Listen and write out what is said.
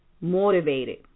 motivated